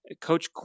Coach